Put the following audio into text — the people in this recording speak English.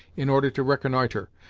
in order to reconnoitre.